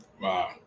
Wow